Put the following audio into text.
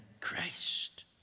Christ